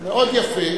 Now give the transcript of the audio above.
מקום מאוד יפה,